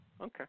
okay